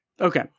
Okay